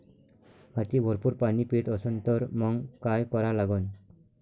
माती भरपूर पाणी पेत असन तर मंग काय करा लागन?